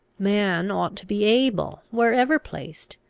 man ought to be able, wherever placed,